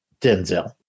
Denzel